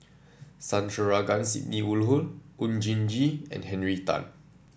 Sandrasegaran Sidney Woodhull Oon Jin Gee and Henry Tan